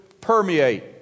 permeate